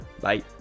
Bye